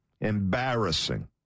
Embarrassing